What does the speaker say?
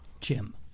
Jim